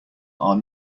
are